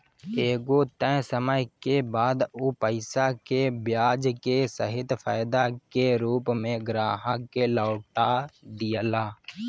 एगो तय समय के बाद उ पईसा के ब्याज के सहित फायदा के रूप में ग्राहक के लौटा दियाला